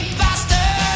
faster